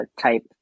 type